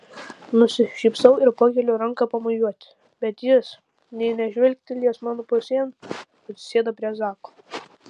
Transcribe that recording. nusišypsau ir pakeliu ranką pamojuoti bet jis nė nežvilgtelėjęs mano pusėn atsisėda prie zako